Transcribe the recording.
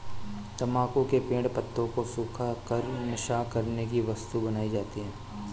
तम्बाकू के पेड़ पत्तों को सुखा कर नशा करने की वस्तु बनाई जाती है